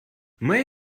may